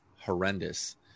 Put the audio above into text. horrendous